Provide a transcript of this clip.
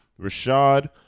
Rashad